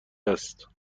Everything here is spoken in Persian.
است